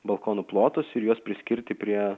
balkonų plotus ir juos priskirti prie